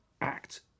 act